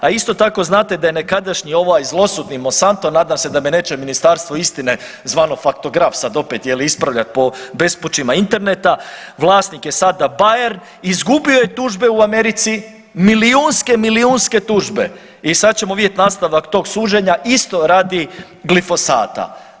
A isto tako znate da je nekadašnji ovaj zloslutni Monsanto, nadam se da me neće ministarstvo istine zvanog faktograf sad opet ispravljat po bespućima interneta, vlasnik je sada Bayern izgubio je tužbe u Americi, milijunske, milijunske tužbe i sad ćemo vidjeti nastavak tog suđenja isto radi glifosata.